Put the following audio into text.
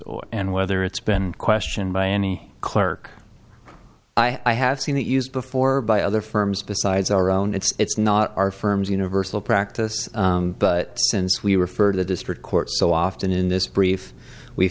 and whether it's been questioned by any clerk i have seen it used before by other firms besides our own it's not our firm's universal practice but since we refer to the district court so often in this brief we